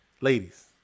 Ladies